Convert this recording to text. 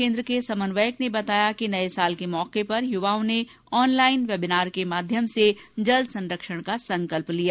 केन्द्र के समन्वयक ने बताया कि नये साल के अवसर पर युवाओं ने ऑनलाइन वेबिनार के माध्यम से जल संरक्षण का संकल्प लिया